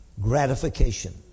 gratification